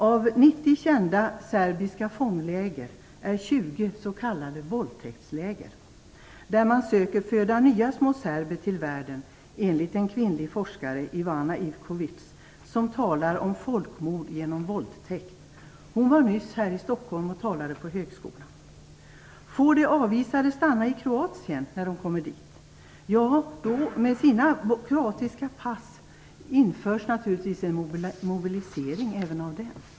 Av 90 kända serbiska fångläger är 20 s.k. våldtäktsläger, där man söker föda nya små serber till världen enligt en kvinnlig forskare, Ivana Ivkovic, som talar om folkmord genom våldtäkt; hon var nyligen här i Stockholm och talade på högskolan. Får de avvisade stanna i Kroatien står de med sina kroatiska pass inför en mobilisering.